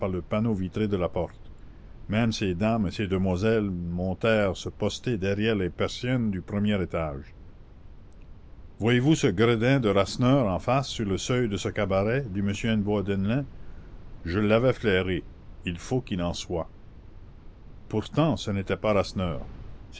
le panneau vitré de la porte même ces dames et ces demoiselles montèrent se poster derrière les persiennes du premier étage voyez-vous ce gredin de rasseneur en face sur le seuil de ce cabaret dit m hennebeau à deneulin je l'avais flairé il faut qu'il en soit pourtant ce n'était pas rasseneur